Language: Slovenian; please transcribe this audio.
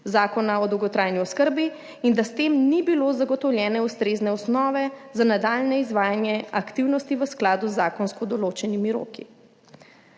Zakona o dolgotrajni oskrbi in da s tem ni bilo zagotovljene ustrezne osnove za nadaljnje izvajanje aktivnosti v skladu z zakonsko določenimi roki.